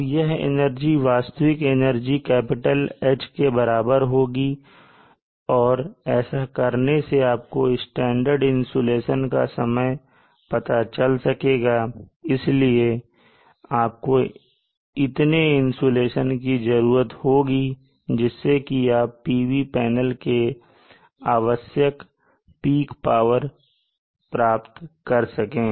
अब यह एनर्जी वास्तविक एनर्जी "H" के बराबर होगी और ऐसा करने से आपको स्टैंडर्ड इंसुलेशन का समय पता चल सकेगा इसलिए आपको इतने इंसुलेशन की जरूरत होगी जिससे कि आप PV पैनल से आवश्यक peak पावर प्राप्त कर सकें